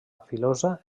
filosa